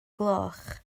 gloch